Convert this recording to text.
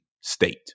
state